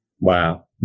Wow